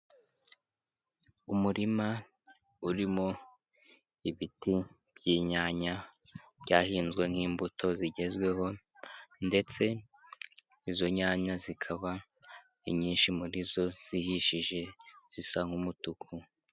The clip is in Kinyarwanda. Umurima urimo ibiti by'inyanya byahinzwe nk'imbuto zigezweho, ndetse izo nyanya zikaba inyinshi muri zo zihishije zisa nk'umutuku.